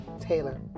Taylor